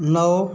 नौ